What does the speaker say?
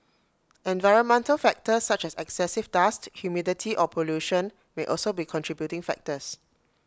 environmental factors such as excessive dust humidity or pollution may also be contributing factors